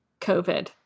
COVID